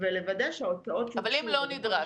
ולוודא שההוצאות שהוגשו אכן --- אבל אם לא נדרש?